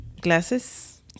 glasses